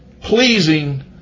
pleasing